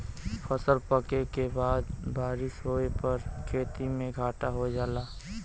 फसल पके के बाद बारिस होए पर खेती में घाटा हो जाला